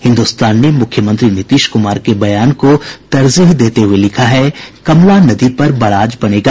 हिन्दुस्तान ने मुख्यमंत्री नीतीश कुमार के बयान को तरजीह देते हुये लिखा है कमला नदी पर बराज बनेगा